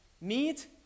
meet